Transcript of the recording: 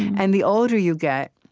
and the older you get,